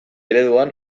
ereduan